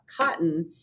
cotton